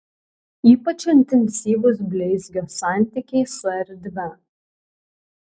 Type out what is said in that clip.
ypač intensyvūs bleizgio santykiai su erdve